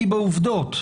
עצם קיום הדיון,